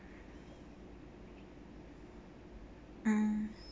mm